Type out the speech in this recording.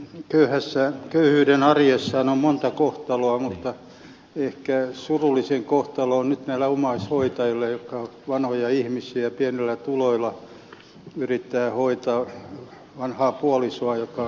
köyhyyden arjessahan on monta kohtaloa mutta ehkä surullisin kohtalo on nyt näillä omaishoitajilla jotka ovat vanhoja ihmisiä ja pienillä tuloilla yrittävät hoitaa vanhaa puolisoaan joka on sairastunut